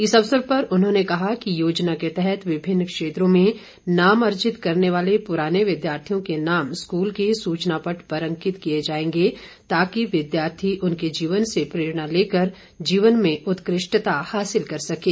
इस अवसर पर उन्होंने कहा कि योजना के तहत विभिन्न क्षेत्रों में नाम अर्जित करने वाले पुराने विद्यार्थियों के नाम स्कूल के सूचना पट पर अंकित किए जाएंगे ताकि विद्यार्थी उनके जीवन से प्रेरणा लेकर जीवन में उत्कृष्टता हासिल कर सकें